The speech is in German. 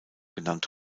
genannt